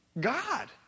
God